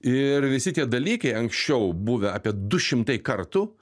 ir visi tie dalykai anksčiau buvę apie du šimtai kartų